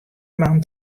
man